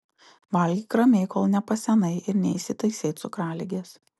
valgyk ramiai kol nepasenai ir neįsitaisei cukraligės